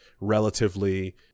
relatively